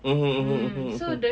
mmhmm mmhmm mmhmm mmhmm